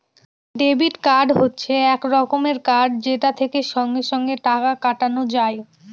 debit card হচ্ছে এক রকমের কার্ড যেটা থেকে সঙ্গে সঙ্গে টাকা কাটানো যায়